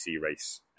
race